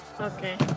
Okay